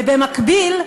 ובמקביל,